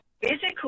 physical